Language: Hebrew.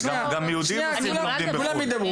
גם יהודים נוסעים ללמוד בחו"ל.